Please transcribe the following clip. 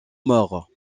mor